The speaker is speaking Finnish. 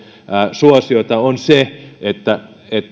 suosiota on se että